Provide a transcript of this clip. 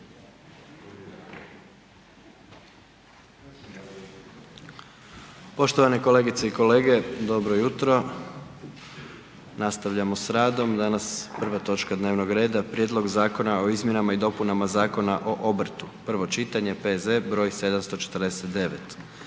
Poštovane kolegice i kolege dobro jutro, nastavljamo s radom danas prva točka dnevnog reda: - Prijedlog Zakona o izmjenama i dopunama Zakona o obrtu, prvo čitanje, P.Z. broj 749